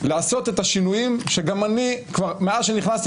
לעשות את השינויים שגם אני מאז שנכנסתי